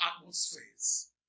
atmospheres